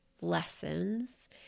lessons